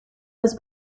was